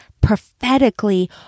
prophetically